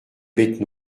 bête